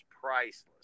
priceless